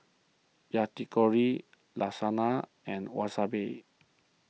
Yakitori Lasagna and Wasabi